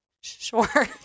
Sure